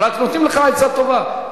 רק נותנים לך עצה וטובה.